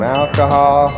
alcohol